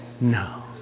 no